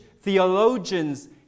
theologians